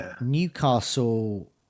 Newcastle